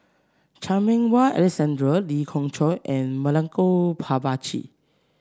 Chan Meng Wah Alexander Lee Khoon Choy and Milenko Prvacki